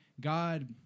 God